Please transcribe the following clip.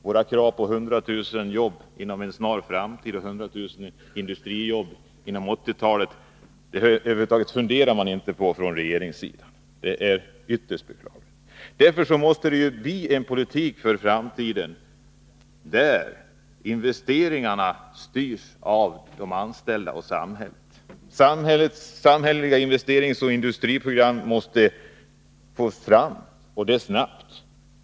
Våra krav på 100 000 industrijobb inom 1980-talet funderar man över huvud taget inte på från regeringens sida. Det är ytterst beklagligt. Därför måste vi få en politik för framtiden där investeringarna styrs av de anställda och samhället. Samhälleliga investeringsoch industriprogram måste tas fram, och det snabbt.